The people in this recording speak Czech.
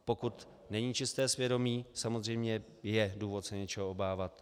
Pokud není čisté svědomí, samozřejmě je důvod se něčeho obávat.